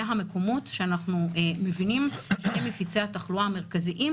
המקומות שאנחנו מבינים שהם מפיצי התחלואה המרכזיים,